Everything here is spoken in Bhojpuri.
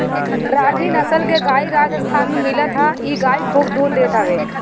राठी नसल के गाई राजस्थान में मिलत हअ इ गाई खूब दूध देत हवे